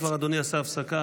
אם כבר אדוני עשה הפסקה,